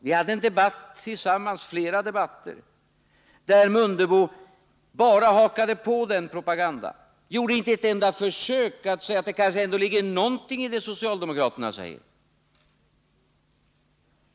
Vi hade tillsammans flera debatter där han bara hakade på den propagandan och inte gjorde ett enda försök att säga att det kanske ändå ligger någonting i det som socialdemokraterna säger.